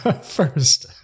first